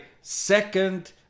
second